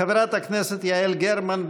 חברת הכנסת יעל גרמן,